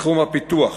בתחום הפיתוח,